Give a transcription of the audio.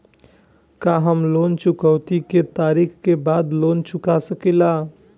का हम लोन चुकौती के तारीख के बाद लोन चूका सकेला?